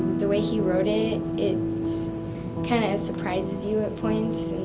the way he wrote it. it kind of surprises you at points